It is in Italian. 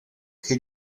che